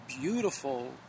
beautiful